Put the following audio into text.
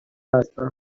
هستم